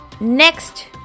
next